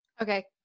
Okay